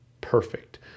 perfect